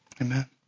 Amen